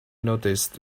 noticed